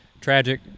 tragic